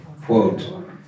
quote